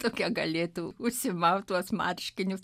tokią galėtų užsimaut tuos marškinius